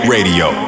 Radio